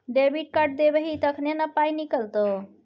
debit card देबही तखने न पाइ निकलतौ